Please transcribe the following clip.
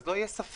אז לא יהיה ספק.